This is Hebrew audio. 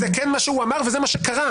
זה כן מה שהוא אמר וזה מה שקרה.